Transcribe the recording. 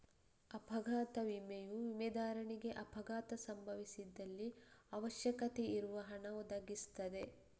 ಅಪಘಾತ ವಿಮೆಯು ವಿಮೆದಾರನಿಗೆ ಅಪಘಾತ ಸಂಭವಿಸಿದಲ್ಲಿ ಅವಶ್ಯಕತೆ ಇರುವ ಹಣ ಒದಗಿಸ್ತದೆ